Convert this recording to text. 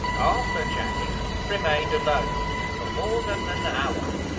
arthur channing remained alone for more than an hour,